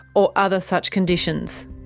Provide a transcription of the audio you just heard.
or other such conditions.